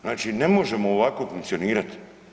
Znači ne možemo ovako funkcionirati.